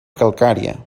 calcària